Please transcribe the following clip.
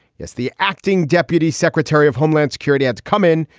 yes, the acting deputy secretary of homeland security had to come in,